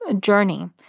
journey